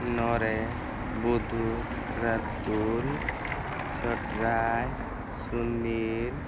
Naresh Budhu Ratul Chhotrai Sunil